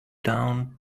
down